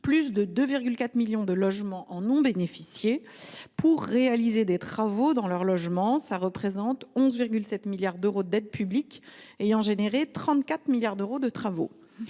plus de 2,4 millions de personnes en ont bénéficié afin de réaliser des travaux dans leur logement, pour 11,7 milliards d’euros d’aides publiques ayant engendré 34 milliards d’euros de travaux.